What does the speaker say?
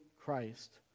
Christ